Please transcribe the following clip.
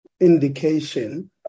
indication